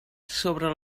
sobre